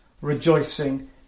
rejoicing